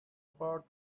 part